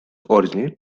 originate